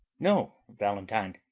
no, valentine.